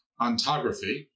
ontography